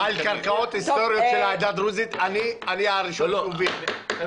על קרקעות היסטוריות של העדה הדרוזית אני הראשון --- חברים,